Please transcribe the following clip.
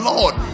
Lord